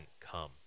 come